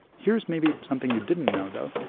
here's maybe something you didn't know, though.